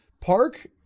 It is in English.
park